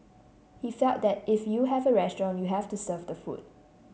he felt that if you have a restaurant you have to serve the food